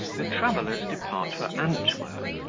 the travellers depart for antwerp,